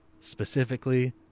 specifically